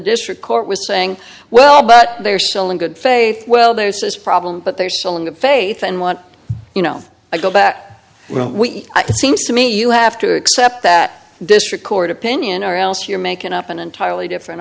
district court was saying well but they're still in good faith well there's this problem but they're still in good faith and what you know i go back seems to me you have to accept that district court opinion or else you're making up an entirely different